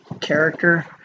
character